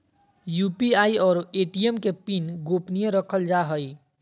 UPI और ATM के PIN गोपनीय रखल जा हइ